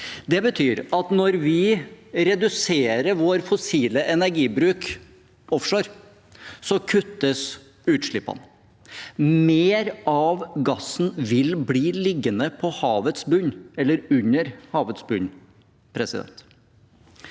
Det betyr at når vi reduserer vår fossile energibruk offshore, kuttes utslippene. Mer av gassen vil bli liggende under havets bunn. Det